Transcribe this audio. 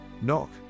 Knock